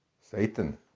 Satan